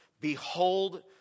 Behold